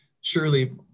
Surely